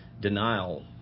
denial